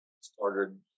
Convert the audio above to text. started